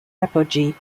apogee